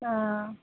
ஆ